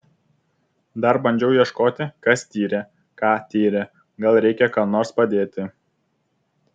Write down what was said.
dar bandžiau ieškoti kas tyrė ką tyrė gal reikia ką nors padėti